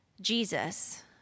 Jesus